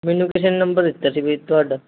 ਮੈਨੂੰ ਕਿਸੇ ਨੇ ਨੰਬਰ ਦਿੱਤਾ ਸੀ ਵੀਰ ਤੁਹਾਡਾ